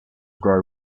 grow